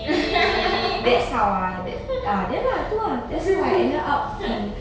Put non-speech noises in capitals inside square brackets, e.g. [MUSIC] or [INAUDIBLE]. [LAUGHS]